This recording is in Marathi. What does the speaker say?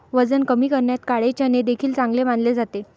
वजन कमी करण्यात काळे चणे देखील चांगले मानले जाते